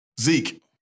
Zeke